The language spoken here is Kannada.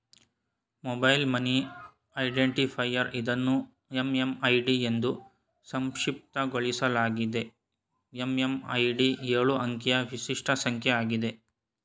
ಮೊಬೈಲ್ ಮನಿ ಐಡೆಂಟಿಫೈಯರ್ ಇದನ್ನು ಎಂ.ಎಂ.ಐ.ಡಿ ಎಂದೂ ಸಂಕ್ಷಿಪ್ತಗೊಳಿಸಲಾಗಿದೆ ಎಂ.ಎಂ.ಐ.ಡಿ ಎಳು ಅಂಕಿಯ ವಿಶಿಷ್ಟ ಸಂಖ್ಯೆ ಆಗಿದೆ